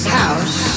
house